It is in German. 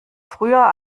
früher